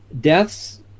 deaths